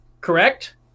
correct